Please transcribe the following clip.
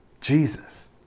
Jesus